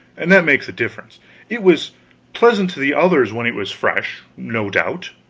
and that makes a difference it was pleasant to the others when it was fresh, no doubt.